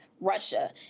Russia